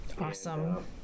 Awesome